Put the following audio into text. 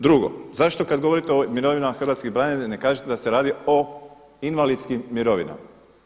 Drugo, zašto kad govorite o mirovinama hrvatskih branitelja ne kažete da se radi o invalidskim mirovinama.